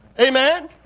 Amen